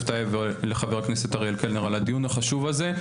טייב ולחבר הכנסת אריאל קלנר על הדיון החשוב הזה.